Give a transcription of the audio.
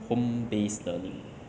home based learning